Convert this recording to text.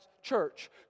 church